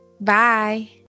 Bye